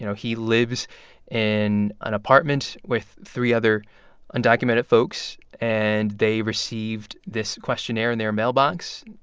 you know he lives in an apartment with three other undocumented folks, and they received this questionnaire in their mailbox,